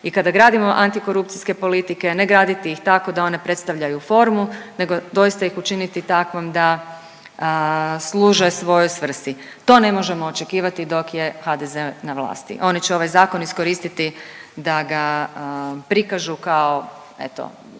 i kada gradimo antikorupcijske politike ne graditi ih tako da one predstavljaju formu nego doista ih učiniti takvom da služe svojoj svrsi. To ne možemo očekivati dok je HDZ na vlasti, oni će ovaj zakon iskoristiti da ga prikažu kao eto